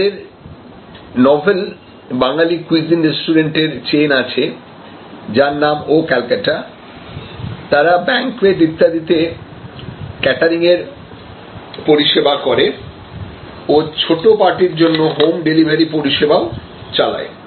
তাদের novel Bangali cuisine রেস্টুরেন্টের চেইনআছে যার নাম ও ক্যালকাটা তারা ব্যাঙ্কয়েট ইত্যাদিতে ক্যাটারিং এর পরিষেবা করে ও ছোট পার্টির জন্য হোম ডেলিভারি পরিষেবাও চালায়